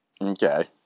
Okay